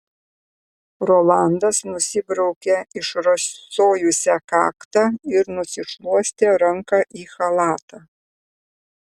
rolandas nusibraukė išrasojusią kaktą ir nusišluostė ranką į chalatą